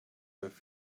with